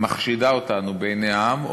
מחשידה אותנו בעיני העם,